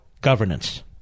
governance